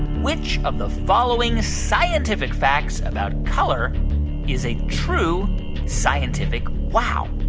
which of the following scientific facts about color is a true scientific wow?